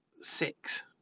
six